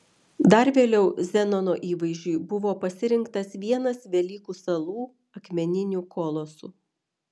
dar vėliau zenono įvaizdžiui buvo pasirinktas vienas velykų salų akmeninių kolosų